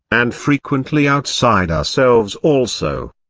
and frequently outside ourselves also.